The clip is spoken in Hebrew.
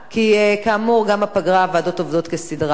כי כאמור גם בפגרה הוועדות עובדות כסדרן.